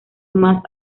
más